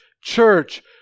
church